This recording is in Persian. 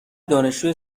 دانشجوی